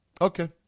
Okay